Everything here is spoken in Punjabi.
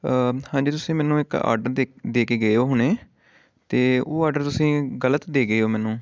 ਹਾਂਜੀ ਤੁਸੀਂ ਮੈਨੂੰ ਇੱਕ ਆਰਡਰ ਦੇ ਦੇ ਕੇ ਗਏ ਹੋ ਹੁਣੇ ਅਤੇ ਉਹ ਆਰਡਰ ਤੁਸੀਂ ਗਲਤ ਦੇ ਗਏ ਹੋ ਮੈਨੂੰ